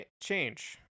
change